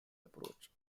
approach